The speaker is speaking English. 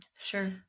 Sure